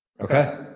Okay